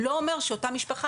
לא אומר שאותה משפחה,